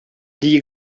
die